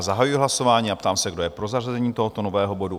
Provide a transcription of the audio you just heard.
Zahajuji hlasování a ptám se, kdo je pro zařazení tohoto nového bodu?